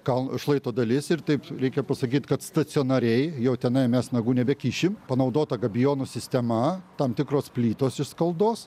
kaln šlaito dalis ir taip reikia pasakyt kad stacionariai jo tenai mes nagų nebekišim panaudota gabijonų sistema tam tikros plytos iš skaldos